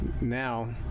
now